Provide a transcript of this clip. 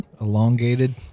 Elongated